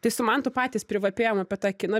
tai su mantu patys privapėjom apie tą kiną